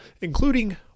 including